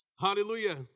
Hallelujah